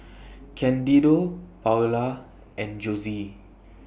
Candido Paola and Josie